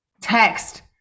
Text